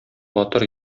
батыр